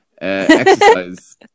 exercise